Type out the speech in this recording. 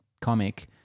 comic